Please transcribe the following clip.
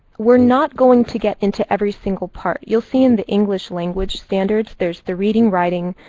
we're not going to get into every single part. you'll see in the english language standards, there's the reading, writing.